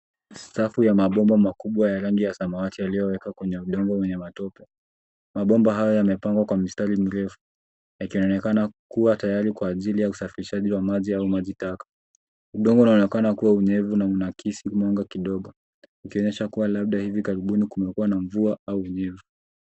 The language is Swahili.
Safu ya mapomba makubwa ya rangi zamawati inaonekana kwenye udongo wenye matope. Mapomba hayo yamepangwa kwa mistari mirefu yakionekana kuwa tayari kwa ajili ya usafirishaji wa maji au maji taka. Udongo unaonekana kuwa unyevu na unaakizi mwanga kidogo, ikionyesha kuwa labda hivi karibuni imekuwa na mvua au unyevu.